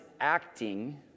acting